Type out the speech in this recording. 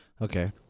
Okay